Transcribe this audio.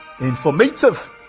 informative